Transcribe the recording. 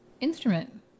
instrument